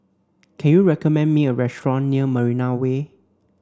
can you recommend me a restaurant near Marina Way